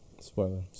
spoiler